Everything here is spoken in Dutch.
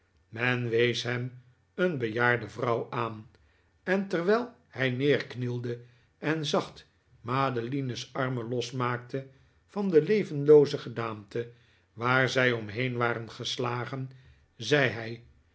men wees hem een bejaarde vrouw aan en terwijl hij neerknielde en zacht madeline's armen losmaakte van de levenlooze gedaante waar zij omheen waren gestagen zei hij